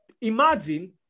imagine